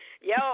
Yo